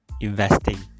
investing